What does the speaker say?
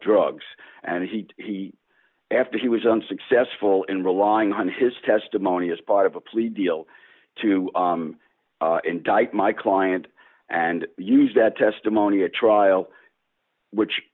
drugs and heat he after he was unsuccessful in relying on his testimony as part of a plea deal to indict my client and use that testimony at trial which